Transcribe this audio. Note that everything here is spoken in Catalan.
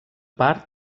part